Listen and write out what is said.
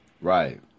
Right